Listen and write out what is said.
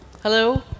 Hello